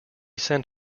sent